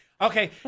Okay